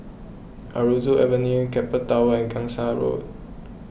Aroozoo Avenue Keppel Towers and Gangsa Road